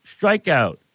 strikeout